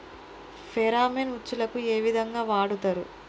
Pheromone ఉచ్చులకు ఏ విధంగా వాడుతరు?